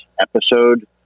episode